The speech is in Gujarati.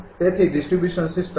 તેથી ડિસ્ટ્રિબ્યુશન સિસ્ટમ